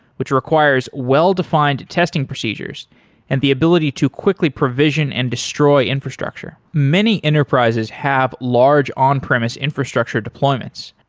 which requires well-defined testing procedures and the ability to quickly provision and destroy infrastructure. many enterprises have large on-premise infrastructure deployments.